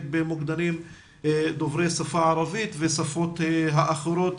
במוקדנים דוברי שפה ערבית ושפות נוספות,